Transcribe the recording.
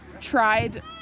tried